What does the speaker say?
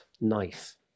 knife